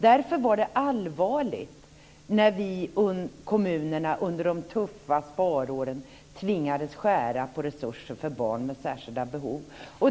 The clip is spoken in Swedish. Därför var det allvarligt när kommunerna under de tuffa sparåren tvingades skära ned på resurserna för barn med särskilda behov.